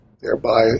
thereby